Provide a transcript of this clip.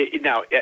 Now